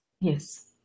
Yes